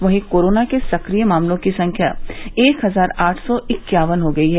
वहीं कोरोना के सक्रिय मामलों की संख्या एक हजार आठ सौ इक्यावन हो गई है